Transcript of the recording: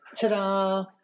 Ta-da